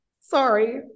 sorry